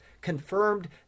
confirmed